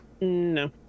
No